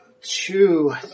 Two